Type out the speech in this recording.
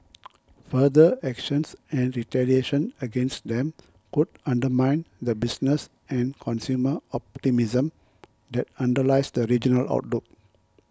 further actions and retaliation against them could undermine the business and consumer optimism that underlies the regional outlook